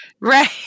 Right